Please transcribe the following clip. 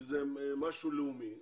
כי זה משהו לאומי,